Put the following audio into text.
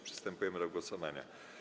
Przystępujemy do głosowania.